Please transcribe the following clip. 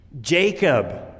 Jacob